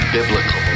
Biblical